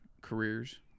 careers